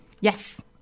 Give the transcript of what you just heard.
Yes